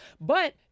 But-